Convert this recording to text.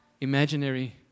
Imaginary